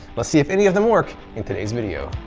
let's see if any of them work in today's video.